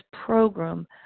program